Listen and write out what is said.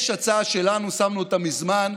יש הצעה שלנו, שמנו אותה מזמן.